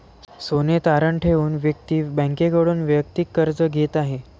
सोने तारण ठेवून व्यक्ती बँकेकडून वैयक्तिक कर्ज घेत आहे